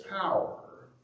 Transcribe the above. power